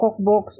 cookbooks